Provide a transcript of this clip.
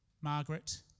Margaret